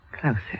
closer